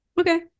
Okay